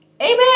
Amen